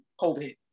COVID